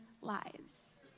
lives